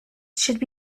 should